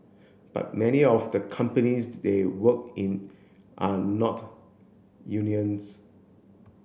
but many of the companies they work in are not